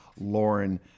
Lauren